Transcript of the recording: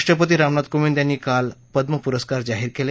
राष्ट्रपती रामनाथ कोविंद यांनी काल पद्म पुरस्कार जाहीर केले